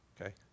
okay